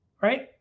right